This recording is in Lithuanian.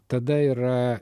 tada yra